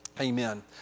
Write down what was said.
Amen